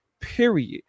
period